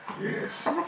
Yes